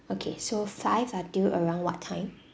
okay so five until around what time